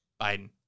Biden